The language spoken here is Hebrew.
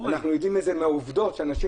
אנחנו יודעים זאת מהעובדות שבהן אנשים